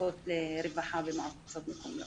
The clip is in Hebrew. מחלקות רווחה ומועצות מקומיות